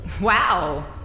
Wow